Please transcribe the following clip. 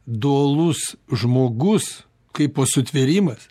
dualus žmogus kaipo sutvėrimas